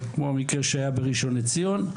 כמו המקרה שהיה בראשון לציון,